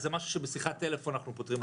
אז זה משהו שבשיחת טלפון אנחנו פותרים.